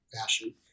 fashion